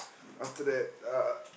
after that uh